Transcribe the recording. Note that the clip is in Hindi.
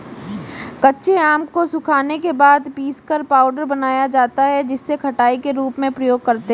कच्चे आम को सुखाने के बाद पीसकर पाउडर बनाया जाता है जिसे खटाई के रूप में प्रयोग करते है